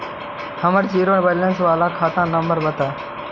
हमर zero balance बाला खाता नम्बर बत?